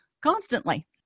constantly